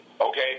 Okay